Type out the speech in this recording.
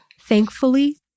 Thankfully